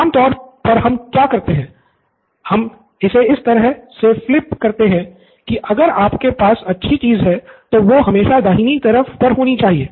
आम तौर पर हम क्या करते हैं हम इसे इस तरह से फ्लिप करते हैं कि अगर आपके पास अच्छी चीज है तो वो हमेशा दाहिनी तरह पर होनी चाहिए